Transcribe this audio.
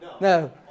No